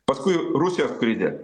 paskui rusijos krizė